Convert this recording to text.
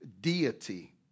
deity